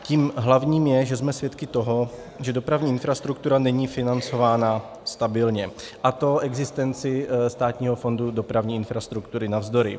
Tím hlavním je, že jsme svědky toho, že dopravní infrastruktura není financována stabilně, a to existenci Státního fondu dopravní infrastruktury navzdory.